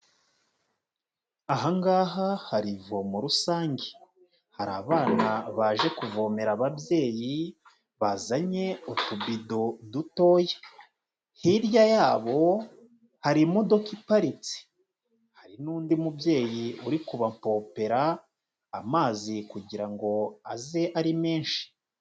Aha ngaha hari ivomo rusange, hari abana baje kuvomera ababyeyi, bazanye utubido dutoya, hirya yabo hari imodoka iparitse, hari n'undi mubyeyi uri kubapompera amazi kugira ngo aze ari menshi.